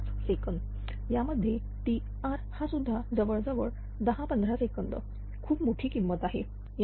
5 second यामध्ये Tr हा सुद्धा जवळजवळ 10 15 सेकंद खूप मोठी किंमत आहे